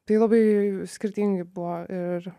tai labai skirtingai buvo ir